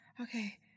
Okay